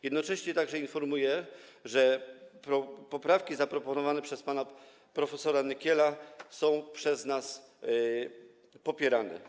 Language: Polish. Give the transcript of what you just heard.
Jednocześnie także informuję, że poprawki zaproponowane przez pana prof. Nykiela są przez nas popierane.